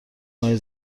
مایع